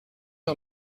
are